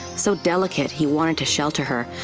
so delicate he wanted to shelter her,